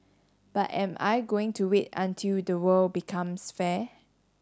but am I going to wait until the world becomes fair